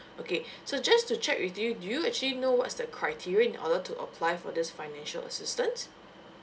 okay so just to check with you do you actually know what's the criteria in order to apply for this financial assistance